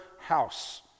house